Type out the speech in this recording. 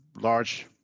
large